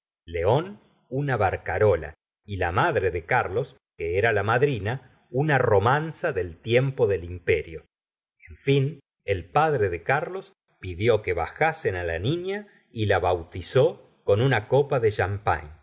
león una barcarola y la madre de carlos que era la madrina una romanza del tiempo del imperio en fin el padre de carlos pidió que bajan gustavo flaubert sen á la niña y la bautizó con una copa de